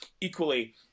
Equally